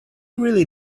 really